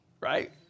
right